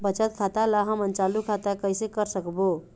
बचत खाता ला हमन चालू खाता कइसे कर सकबो?